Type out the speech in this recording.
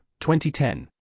2010